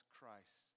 Christ